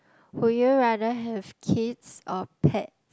would you rather have kids or pet